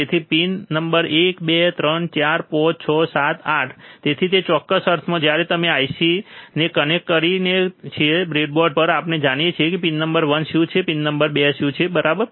તેથી pin number 1 2 3 4 5 6 7 8 તેથી તે ચોક્કસ અર્થમાં જ્યારે આપણે IC ને કનેક્ટ કરીએ છીએ બ્રેડબોર્ડ પર આપણે જાણીએ છીએ કે પિન નંબર વન શું છે પિન નંબર 2 શું છે બરાબર